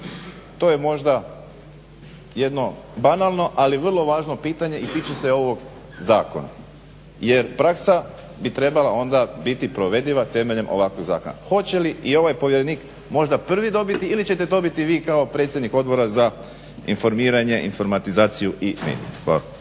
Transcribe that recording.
To je možda jedno banalno ali vrlo važno pitanje i tiče se ovog zakona. Jer praksa bi trebala onda biti provediva temeljem ovakvog zakona. Hoće li i ovaj povjerenik možda prvi dobiti ili ćete dobiti vi kao predsjednik Odbora za informiranje, informatizaciju i